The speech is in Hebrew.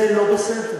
זה לא בסדר.